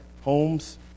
homes